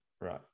Right